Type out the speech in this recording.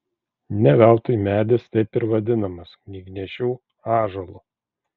ne veltui medis taip ir vadinamas knygnešių ąžuolu